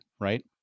right